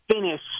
finish